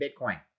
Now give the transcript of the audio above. Bitcoin